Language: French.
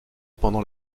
pendant